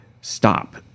stop